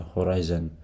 Horizon